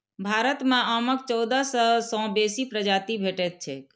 भारत मे आमक चौदह सय सं बेसी प्रजाति भेटैत छैक